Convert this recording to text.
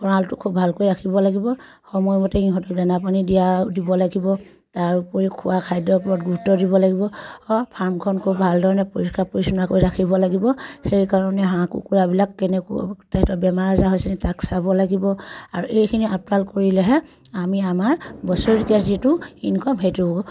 গঁৰালটো খুব ভালকৈ ৰাখিব লাগিব সময়মতে ইহঁতক দানা পানী দিয়া দিব লাগিব তাৰ উপৰিও খোৱা খাদ্যৰ ওপৰত গুৰুত্ব দিব লাগিব ফাৰ্মখন খুব ভাল ধৰণে পৰিষ্কাৰ পৰিচ্ছন্ন কৰি ৰাখিব লাগিব সেইকাৰণে হাঁহ কুকুৰাবিলাক কেনেকুৱা তেহেঁতৰ বেমাৰ আজাৰ হৈছেনে তাক চাব লাগিব আৰু এইখিনি আপদাল কৰিলেহে আমি আমাৰ বছৰেকীয়া যিটো ইনকম সেইটো